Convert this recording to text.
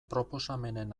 proposamenen